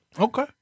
Okay